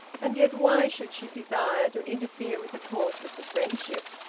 and yet why should she desire to interfere with the course of the friendship?